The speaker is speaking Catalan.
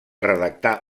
redactar